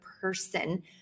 person